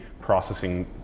processing